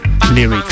Lyrics